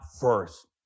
first